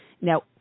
Now